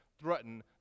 threaten